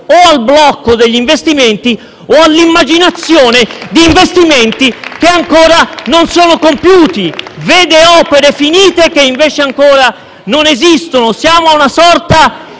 o al blocco degli investimenti o all'immaginazione di investimenti che ancora non sono compiuti: vede opere finite che invece ancora non esistono. *(Applausi